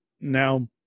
Now